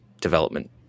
development